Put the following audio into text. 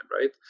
right